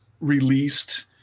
released